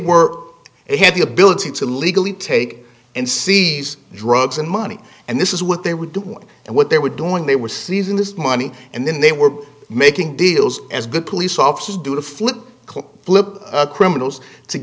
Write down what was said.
were they had the ability to legally take and sees drugs and money and this is what they were doing and what they were doing they were seizing this money and then they were making deals as good police officers do to flip flip criminals to